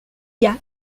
gars